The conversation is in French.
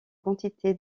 quantité